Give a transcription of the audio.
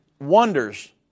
wonders